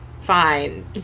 fine